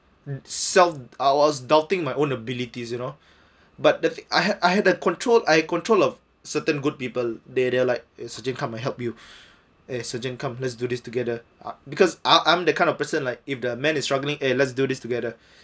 self I was doubting my own abilities you know but the I had I had a controlled I control of certain good people they they like sergeant come and help you eh sergeant come let's do this together ah because I'm I'm the kind of person like if the man is struggling eh let's do this together